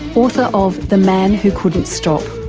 author of the man who couldn't stop.